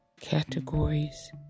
categories